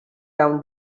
down